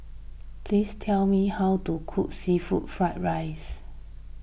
please tell me how to cook Seafood Fried Rice